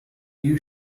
you